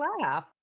laugh